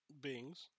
beings